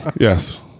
Yes